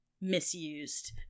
misused